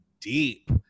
deep